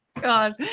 god